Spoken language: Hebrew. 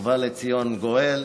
ובא לציון גואל